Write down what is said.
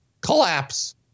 collapse